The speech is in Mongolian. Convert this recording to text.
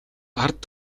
ард